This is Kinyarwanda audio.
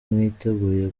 mwiteguye